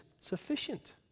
sufficient